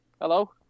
hello